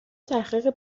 تحقیقی